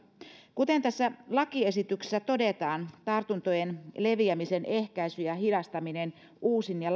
kuten tässä lakiesityksessä todetaan tartuntojen leviämisen ehkäisy ja hidastaminen uusin ja